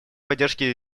поддержке